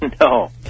No